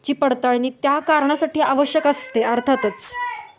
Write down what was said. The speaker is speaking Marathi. ची पडताळणी त्या कारणासाठी आवश्यक असते अर्थातच